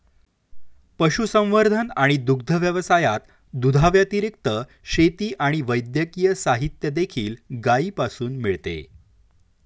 पशुसंवर्धन आणि दुग्ध व्यवसायात, दुधाव्यतिरिक्त, शेती आणि वैद्यकीय साहित्य देखील गायीपासून मिळते